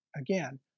again